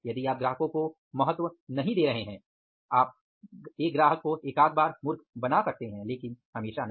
यदि आप ग्राहकों को महत्व नहीं दे रहे हैं आप एक ग्राहक को एकाध बार मूर्ख बना सकते हैं लेकिन हमेशा नहीं